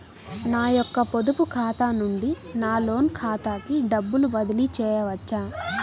నా యొక్క పొదుపు ఖాతా నుండి నా లోన్ ఖాతాకి డబ్బులు బదిలీ చేయవచ్చా?